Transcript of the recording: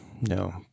No